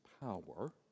power